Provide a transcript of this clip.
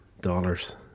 dollars